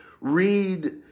read